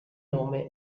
nome